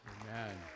Amen